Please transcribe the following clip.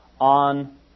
on